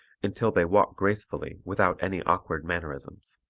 until they walk gracefully without any awkward mannerisms.